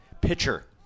pitcher